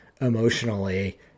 emotionally